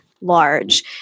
large